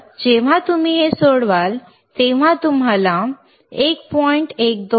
तर जेव्हा तुम्ही ते सोडवाल तेव्हा तुम्हाला 1